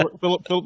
Philip